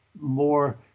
more